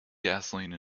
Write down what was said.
gasoline